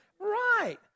Right